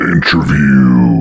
Interview